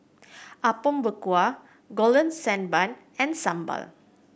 Apom Berkuah Golden Sand Bun and sambal